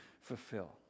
fulfill